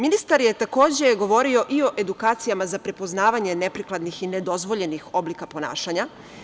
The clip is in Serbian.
Ministar je takođe govorio i o edukacijama za prepoznavanje neprikladnih i nedozvoljenih oblika ponašanja.